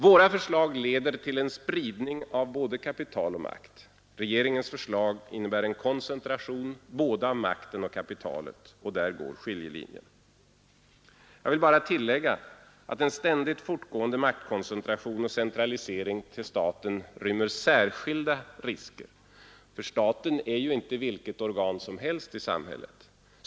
Vårt förslag leder till spridning av både kapital och makt. Regeringens förslag innebär en koncentration av både makten och kapitalet. Där går skiljelinjen. Jag vill tillägga att en ständigt fortgående maktkoncentration och centralisering till staten rymmer särkilda risker. Staten är ju inte vilket organ som helst i samhället.